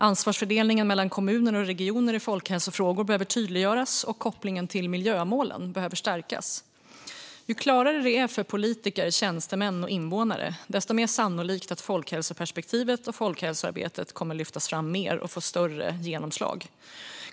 Ansvarsfördelningen mellan kommuner och regioner i folkhälsofrågor behöver tydliggöras, och kopplingen till miljömålen behöver stärkas. Ju klarare det är för politiker, tjänstemän och invånare, desto mer sannolikt att folkhälsoperspektivet och folkhälsoarbetet kommer att lyftas fram mer och få större genomslag.